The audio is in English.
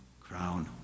crown